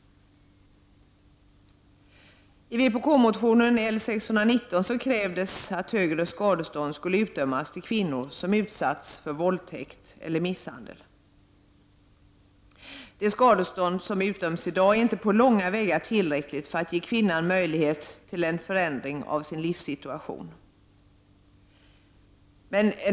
I vår motion 1989/90:L619 kräver vi i vpk att ett högre skadestånd skall utdömas till kvinnor som har utsatts för våldtäkt eller misshandel. Det skadestånd som i dag utdöms är inte på långa vägar tillräckligt för att ge kvinnan möjlighet att åstadkomma en förändring av sin livssituation.